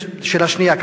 שאלה שנייה,